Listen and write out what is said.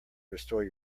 restore